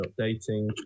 updating